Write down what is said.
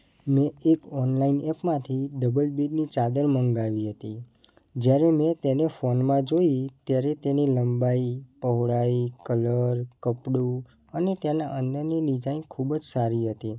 મેં એક ઓનલાઈન એપમાંથી ડબલ બેડની ચાદર મગાવી હતી જયારે મેં તેને ફોનમાં જોઈ ત્યારે તેની લંબાઈ પહોળાઈ કલર કપડું અને તેનાં અંદરની ડીઝાઈન ખૂબ જ સારી હતી